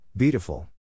Beautiful